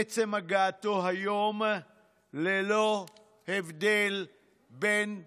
עצם הגעתו היום ללא הבדל בין ימין,